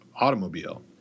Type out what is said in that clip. automobile